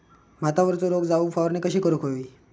भातावरचो रोग जाऊक फवारणी कशी करूक हवी?